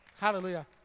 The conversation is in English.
Hallelujah